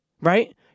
right